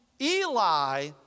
Eli